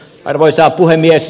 arvoisa puhemies